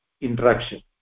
interaction